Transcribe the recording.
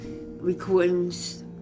recordings